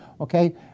Okay